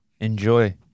enjoy